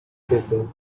people